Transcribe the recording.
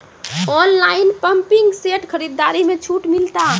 Online pumping set खरीदारी मे छूट मिलता?